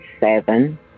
seven